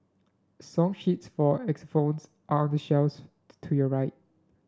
song sheets for phones are on the shells to your right